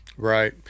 Right